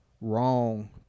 wrong